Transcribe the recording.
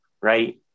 right